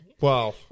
Wow